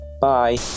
bye